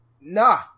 Nah